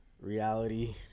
reality